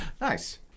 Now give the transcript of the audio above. Nice